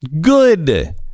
Good